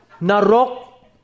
Narok